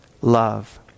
love